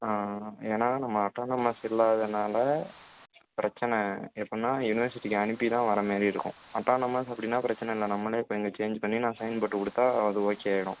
ஏன்னா நம்ம அட்டானமஸ் இல்லாதனால பிரச்சனை எப்படினா யூனிவர்சிட்டிக்கு அனுப்பி தான் வர மாதிரி இருக்கும் அட்டானமஸ் அப்படினா பிரச்சனை இல்லை நம்மளே இப்போ இங்கே சேஞ் பண்ணி நான் சைன் போட்டு கொடுத்தா அது ஓகே ஆயிடும்